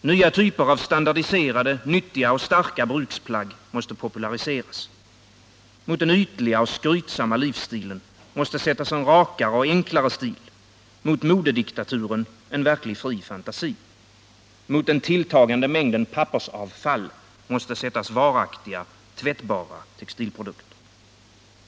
Nya typer av standardiserade, nyttiga och starka bruksplagg måste populariseras. Mot den ytliga, skrytsamma livsstilen måste sättas en rakare och enklare stil, mot modediktaturen en verklig fri fantasi. Mot den tilltagande mängden pappersavfall måste sättas varaktiga, tvättbara textilprodukter.